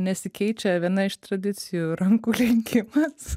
nesikeičia viena iš tradicijų rankų lenkimas